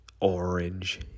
orange